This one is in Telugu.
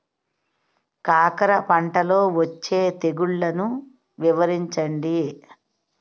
కాకర పంటలో వచ్చే తెగుళ్లను వివరించండి?